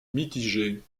mitigés